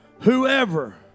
Whoever